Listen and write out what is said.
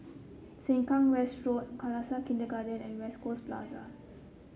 Sengkang West Road Khalsa Kindergarten and West Coast Plaza